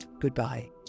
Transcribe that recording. goodbye